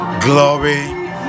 glory